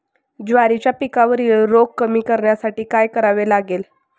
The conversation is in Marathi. ज्वारीच्या पिकावरील रोग कमी करण्यासाठी काय करावे लागेल?